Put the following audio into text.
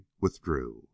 withdrew